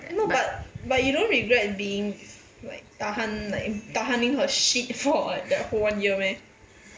no but but you don't regret being like tahan like tahaning her shit for like that one year meh